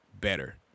better